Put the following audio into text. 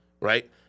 right